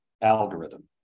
algorithm